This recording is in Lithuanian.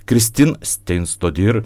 kristin steinstodir